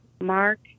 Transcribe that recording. Mark